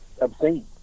obscene